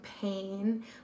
pain